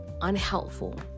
unhelpful